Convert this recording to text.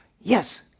Yes